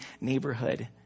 neighborhood